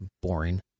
boring